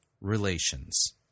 relations